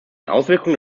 auswirkungen